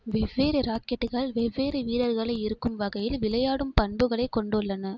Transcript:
வெவ்வேறு ராக்கெட்டுகள் வெவ்வேறு வீரர்களை ஈர்க்கும் வகையில் விளையாடும் பண்புகளைக் கொண்டுள்ளன